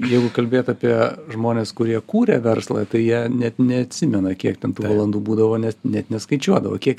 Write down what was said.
jeigu kalbėt apie žmones kurie kūrė verslą tai jie net neatsimena kiek ten tų valandų būdavo nes net neskaičiuodavo kiek